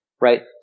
right